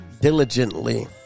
diligently